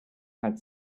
had